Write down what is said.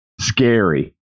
scary